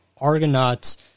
Argonauts